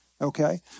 Okay